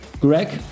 Greg